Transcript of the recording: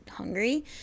Hungry